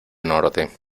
norte